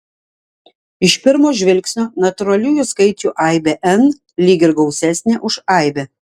iš pirmo žvilgsnio natūraliųjų skaičių aibė n lyg ir gausesnė už aibę